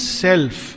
self